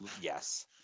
Yes